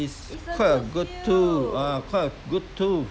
is quite a good tool ah quite a good tool